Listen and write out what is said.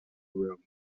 room